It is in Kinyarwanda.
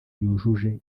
yujuje